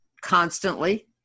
constantly